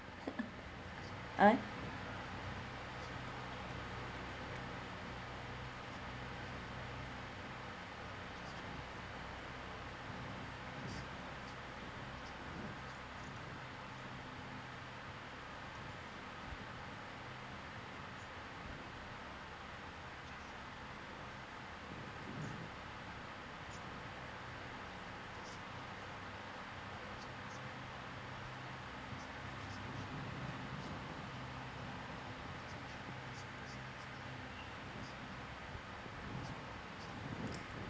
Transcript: ah